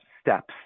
steps